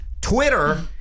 Twitter